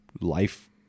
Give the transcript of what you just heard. life